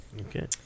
Okay